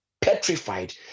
Petrified